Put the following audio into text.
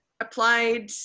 Applied